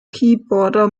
keyboarder